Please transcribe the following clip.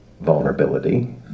vulnerability